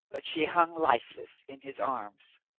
but she hung lifeless in his arms.